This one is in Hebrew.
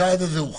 הצעד הזה הוא חשוב,